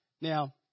Now